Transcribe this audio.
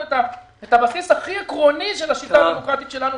את הבסיס הכי עקרוני של השיטה הדמוקרטית שלנו.